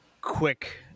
quick